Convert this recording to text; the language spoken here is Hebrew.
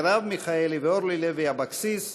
מרב מיכאלי ואורלי לוי אבקסיס.